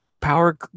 power